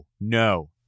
No